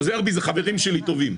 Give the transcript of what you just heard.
חוזר בי, זה חברים שלי טובים.